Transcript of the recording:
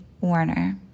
Warner